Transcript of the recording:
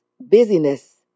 busyness